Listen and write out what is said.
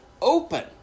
open